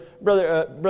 Brother